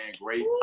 Great